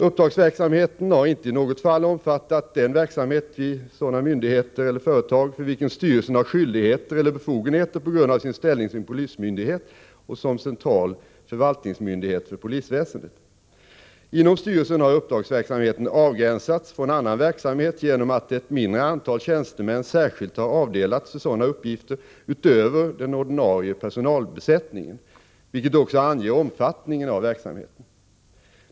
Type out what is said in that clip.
Uppdragsverksamheten har inte i något fall omfattat den verksamhet vid sådana myndigheter eller företag för vilken styrelsen har skyldigheter eller befogenheter på grund av sin ställning som polismyndighet och som central förvaltningsmyndighet för polisväsendet. Inom styrelsen har uppdragsverksamheten avgränsats från annan verksamhet genom att ett mindre antal tjänstemän särskilt har avdelats för sådana uppgifter utöver den ordinarie personalbesättningen, vilket också anger omfattningen av verksamheten.